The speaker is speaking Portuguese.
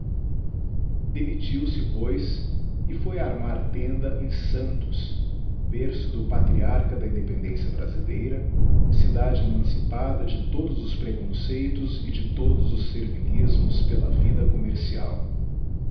multidão demittiu se pois e foi armar tenda em santos berço do patriarcha da independência brasileira cidade emancipada de todos os preconceitos e de todos os servilismos pela vida commercial